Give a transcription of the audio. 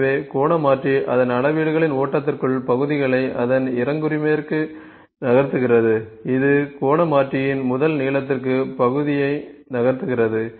எனவே கோண மாற்றி அதன் அளவீடுகளின் ஓட்டத்திற்குள் பகுதிகளை அதன் இறங்குரிமையர்க்கு நகர்த்துகிறது இது கோண மாற்றியின் முதல் நீளத்திற்கு பகுதியை நகர்த்துகிறது